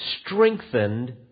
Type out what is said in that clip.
strengthened